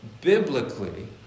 biblically